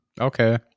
Okay